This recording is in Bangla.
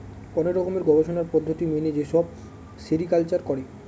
অনেক রকমের গবেষণার পদ্ধতি মেনে যেসব সেরিকালচার করে